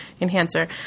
enhancer